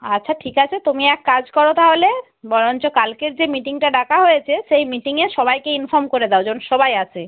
আচ্ছা ঠিক আছে তুমি এক কাজ করো তাহলে বরঞ্চ কালকের যে মিটিংটা ডাকা হয়েছে সেই মিটিংয়ে সবাইকে ইনফর্ম করে দাও যন সবাই আসে